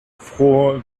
froh